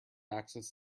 axis